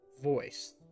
voice